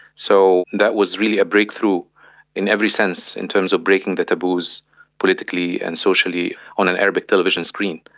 so that was really a breakthrough in every sense in terms of breaking the taboos politically and socially on an arabic television screen.